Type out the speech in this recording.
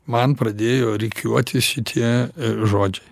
man pradėjo rikiuotis šitie žodžiai